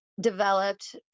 developed